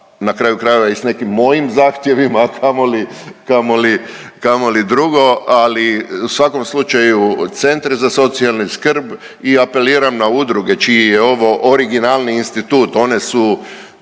na kraju krajeva i s nekim mojim zahtjevima, a kamoli, kamoli, kamoli drugo, ali u svakom slučaju Centre za socijalnu skrb i apeliram na udruge čiji je ovo originalni institut, one su